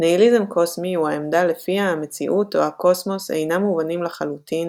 ניהיליזם קוסמי הוא העמדה לפיה המציאות או הקוסמוס אינם מובנים לחלוטין